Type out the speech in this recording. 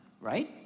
Right